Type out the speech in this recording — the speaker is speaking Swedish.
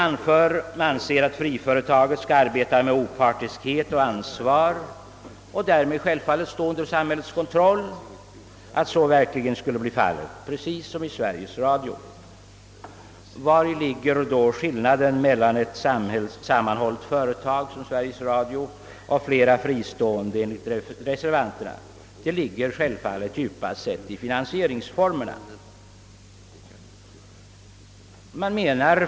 Man anser att friföretaget i likhet med Sveriges Radio skall arbeta med opartiskhet och ansvar och därmed självfallet stå under samhällets kontroll. Vari ligger då skillnaden mellan ett sammanhållet företag som Sveriges Radio och flera fristående, som reservanterna önskar? Den ligger självfallet djupast sett i finansieringsformerna.